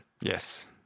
Yes